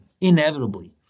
inevitably